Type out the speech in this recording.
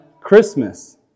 Christmas